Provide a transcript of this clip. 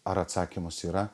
ar atsakymas yra